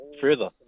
further